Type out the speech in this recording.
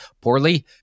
poorly